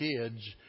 kids